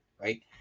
right